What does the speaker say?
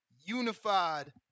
unified